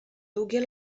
długie